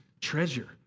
treasure